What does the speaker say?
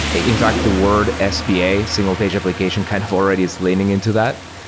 in fact, the word sba, single page application, kind of already is lining into that.